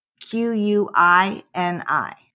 Q-U-I-N-I